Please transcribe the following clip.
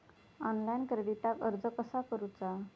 Online क्रेडिटाक अर्ज कसा करुचा?